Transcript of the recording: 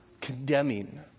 condemning